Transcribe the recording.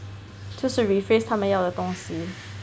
就是 re-faced 他们要的东西